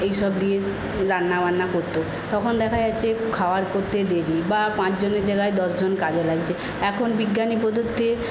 এইসব দিয়ে রান্না বান্না করত তখন দেখা যাচ্ছে খাওয়ার করতে দেরি বা পাঁচজনের জায়গায় দশ জন কাজে লাগছে এখন বিজ্ঞানী প্রযুক্তি